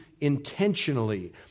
intentionally